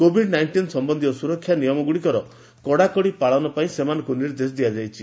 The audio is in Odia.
କୋବିଡ୍ ନାଇଷ୍ଟିନ୍ ସମ୍ବନ୍ଧୀୟ ସୁରକ୍ଷା ନିମୟଗୁଡ଼ିକର କଡାକଡି ପାଳନ ପାଇଁ ସେମାନଙ୍କୁ ନିର୍ଦ୍ଦେଶ ଦିଆଯାଇଛି